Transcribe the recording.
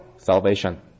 salvation